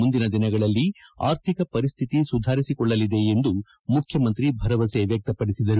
ಮುಂದಿನ ದಿನಗಳಲ್ಲಿ ಆರ್ಥಿಕ ಪರಿಸ್ತಿತಿ ಸುಧಾರಿಸಿಕೊಳ್ಳಲಿದೆ ಎಂದು ಮುಖ್ಯಮಂತ್ರಿ ಭರವಸೆ ವ್ಯಕ್ತಪಡಿಸಿದರು